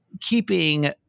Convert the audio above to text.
keeping